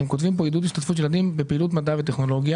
אתם כותבים פה: "עידוד השתתפות ילדים בפעילות מדע וטכנולוגיה",